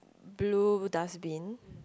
blue dustbin